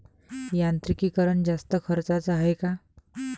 यांत्रिकीकरण जास्त खर्चाचं हाये का?